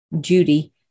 Judy